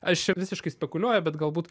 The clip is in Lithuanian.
aš čia visiškai spekuliuoju bet galbūt